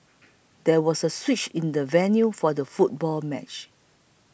there was a switch in the venue for the football match